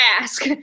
ask